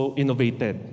innovated